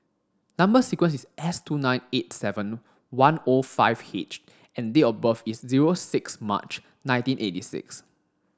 number sequence is S two nine eight seven one O five H and date of birth is zero six March nineteen eighty six